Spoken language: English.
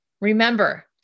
Remember